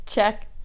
Check